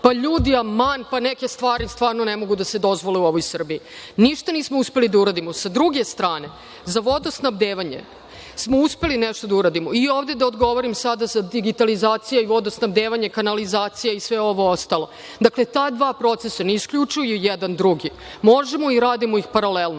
pa ljudi, aman, neke stvari stvarno ne mogu da se dozvole u ovoj Srbiji. Ništa nismo uspeli da uradimo. Sa druge strane, za vodosnabdevanje smo uspeli nešto da uradimo. I ovde da odgovorim sada – digitalizacija, vodosnabdevanje, kanalizacija i sve ovo ostalo. Dakle, ta dva procesa ne isključuju jedan drugi. Možemo i radimo ih paralelno.